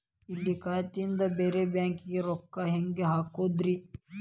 ಇಲ್ಲಿ ಖಾತಾದಿಂದ ಬೇರೆ ಬ್ಯಾಂಕಿಗೆ ರೊಕ್ಕ ಹೆಂಗ್ ಹಾಕೋದ್ರಿ?